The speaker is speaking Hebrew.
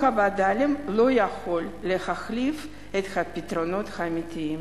הווד”לים לא יכול להחליף את הפתרונות האמיתיים.